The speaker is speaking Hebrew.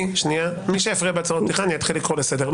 לקרוא לסדר.